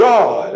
God